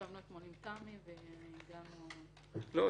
ישבנו אתמול עם תמי והגענו --- לא,